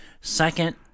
Second